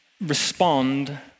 Respond